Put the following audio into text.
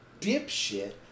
dipshit